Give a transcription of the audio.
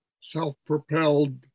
self-propelled